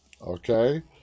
Okay